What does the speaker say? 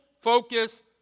focus